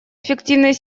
эффективной